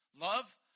Love